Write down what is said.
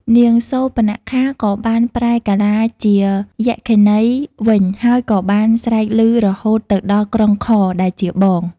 នាងសូរបនខា ក៏បានប្រែកាឡាជាយក្ខិនីវិញ ហើយក៏បាន ស្រែកឮរហូតទៅដល់ក្រុងខរ ដែលជាបង។